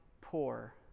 poor